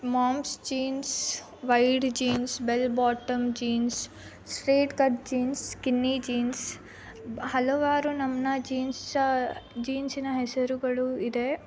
moms jeans wide jeans bell bottom jeans straight cut jeans skinny jeans ಹಲವಾರು ನಮ್ನೆ jeans ಜೀನ್ಸಿನ ಹೆಸರುಗಳು ಇದೆ